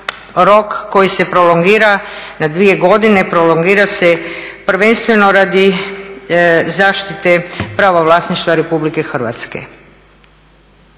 rok koji se prolongira na dvije godine, prolongira se prvenstveno radi zaštite prava vlasništva RH. Da li smo sve